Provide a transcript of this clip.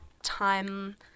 Time